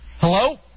Hello